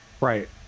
Right